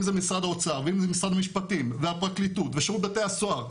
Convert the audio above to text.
אם זה משרד האוצר ואם זה משרד המשפטים והפרקליטות ושירות בתי הסוהר.